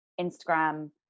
Instagram